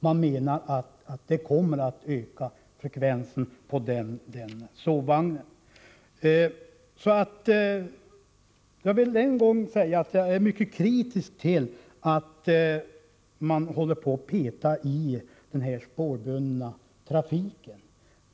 Man menar att frekvensen på den kommer att öka. Jag vill än en gång säga att jag är mycket kritisk till att man håller på att peta i den spårbundna trafiken.